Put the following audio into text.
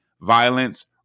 violence